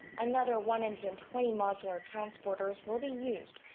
another one hundred and twenty modular transporters will be used.